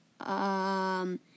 Um